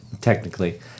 Technically